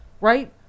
right